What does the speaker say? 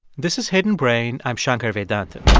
this is hidden brain. i'm shankar vedantam.